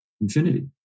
infinity